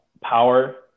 power